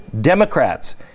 Democrats